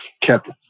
kept